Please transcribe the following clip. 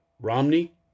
Romney